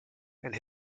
and